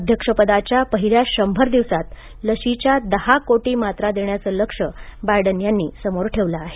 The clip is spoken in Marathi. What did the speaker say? अध्यक्षपदाच्या पहिल्या शंभर दिवसांत लशीच्या दहा कोटी मात्रा देण्याचे लक्ष्य बायडन यांनी समोर ठेवले आहे